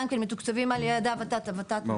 גם כן מתוקצבים על ידי הות"ת,